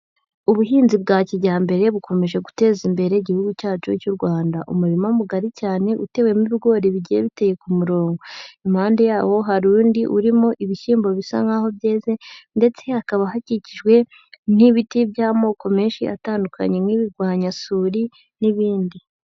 Ubuhinzi bwa kijyambere bukomeje guteza imbere Igihugu cyacu cy'u Rwanda, umurima mugari cyane utewemo ibigori bigiye biteye ku murongo, impande yawo hari undi urimo ibishyimbo bisa nk'aho byeze ndetse hakaba hakikijwe n'ibiti by'amoko menshi atandukanye nk'imirwanyasuri n'ibindi.